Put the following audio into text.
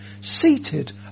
seated